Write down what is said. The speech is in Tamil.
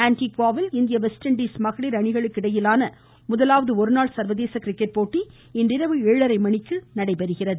ஆன்டிகுவாவில் இந்திய வெஸ்ட் இண்டீஸ் மகளிர் அணிகளுக்கு இடையேயான முதலாவது ஒருநாள் சர்வதேச கிரிக்கெட் போட்டி இன்றிரவு ஏழரை மணிக்கு நடைபெறுகிறது